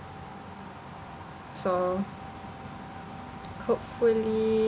so hopefully